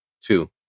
two